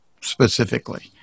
specifically